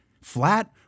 flat